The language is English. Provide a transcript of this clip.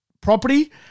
property